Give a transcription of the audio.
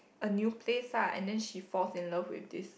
a new place lah and then she falls in love with this